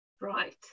Right